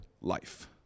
life